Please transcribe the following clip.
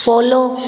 follow